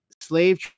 slave